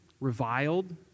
reviled